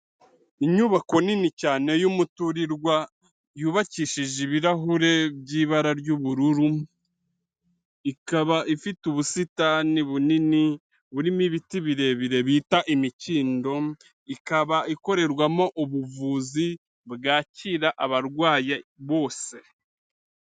Inyubako nini cyane y'umuturirwa, yubakishije ibirahure by'ibara ry'ubururu, ikaba ifite ubusitani bunini burimo ibiti birebire bita imikindo, ikaba ikorerwamo ubuvuzi bwakira abarwayi bose.